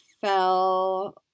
fell